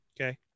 Okay